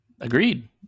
Agreed